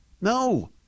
No